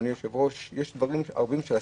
אני חושב שזה נכון, שזה שקוף.